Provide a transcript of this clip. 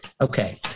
Okay